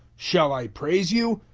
shall i praise you?